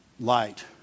light